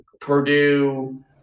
Purdue